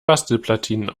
bastelplatinen